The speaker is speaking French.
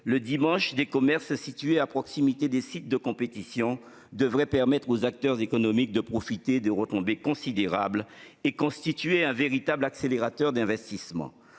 le dimanche des commerces situés à proximité des sites de compétition, devrait permettre aux acteurs économiques de profiter de retombées considérables et constituer un véritable accélérateur d'investissement.